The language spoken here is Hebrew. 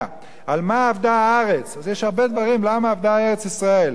על מה אבדה הארץ" אז יש הרבה דברים למה אבדה ארץ-ישראל,